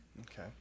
Okay